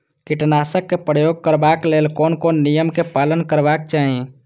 कीटनाशक क प्रयोग करबाक लेल कोन कोन नियम के पालन करबाक चाही?